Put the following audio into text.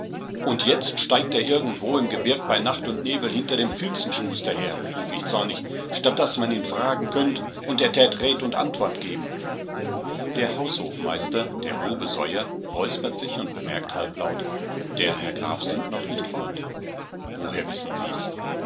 und jetzt steigt er irgendwo im gebirg bei nacht und nebel hinter dem filzenschuster her ruf ich zornig statt daß man ihn fragen könnt und er tät red und antwort geben der haushofmeister der rubesoier räuspert sich und bemerkt halblaut der herr graf sind noch nicht fort woher wissen sie's